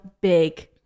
big